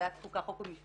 בוועדת החוקה, חוק ומשפט.